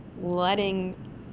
letting